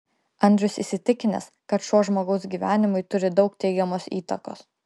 andrius įsitikinęs kad šuo žmogaus gyvenimui turi daug teigiamos įtakos